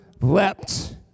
leapt